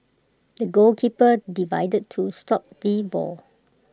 the goalkeeper divided to stop the ball